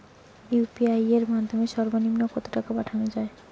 UPI এর মাধ্যমে সর্ব নিম্ন কত টাকা পাঠানো য়ায়?